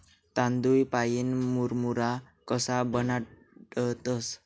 तांदूय पाईन मुरमुरा कशा बनाडतंस?